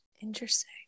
Interesting